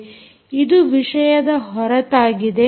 ಇದು ವಿಷಯದ ಹೊರತಾಗಿದೆ